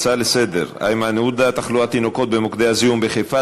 ההצעה לסדר-היום של איימן עודה: תחלואת תינוקות במוקדי הזיהום בחיפה,